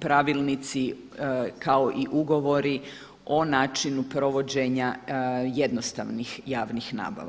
pravilnici kao i ugovori o načinu provođenja jednostavnih javnih nabava.